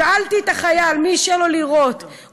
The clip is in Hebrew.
שאלתי את החייל: מי אישר לך לירות?